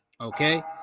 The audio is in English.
Okay